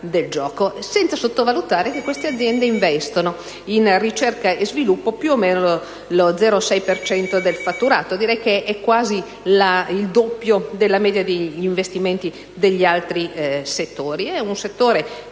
Non va sottovalutato poi che queste aziende investono in ricerca e sviluppo più o meno lo 0,6 per cento del fatturato, che è quasi il doppio della media degli investimenti degli altri settori.